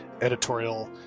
editorial